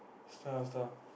sell her stuff